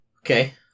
Okay